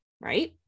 right